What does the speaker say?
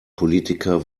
politiker